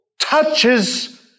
touches